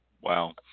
Wow